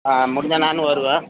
ஆ முடிஞ்சால் நானும் வருவேன்